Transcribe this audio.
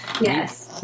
Yes